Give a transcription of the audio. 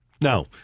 Now